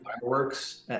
fireworks